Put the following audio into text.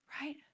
right